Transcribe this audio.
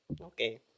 Okay